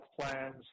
plans